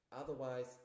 Otherwise